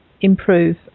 improve